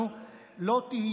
לא תהיה סגורה.